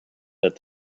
that